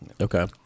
okay